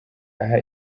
aha